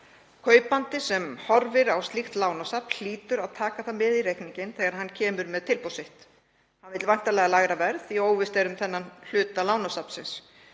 Kaupandi sem horfir á slíkt lánasafn hlýtur að taka það með í reikninginn þegar hann kemur með tilboð sitt. Hann vill væntanlega lægra verð því óvíst er um þann hluta lánasafnsins.